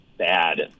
Bad